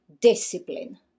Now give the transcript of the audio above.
discipline